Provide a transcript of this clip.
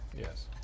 Yes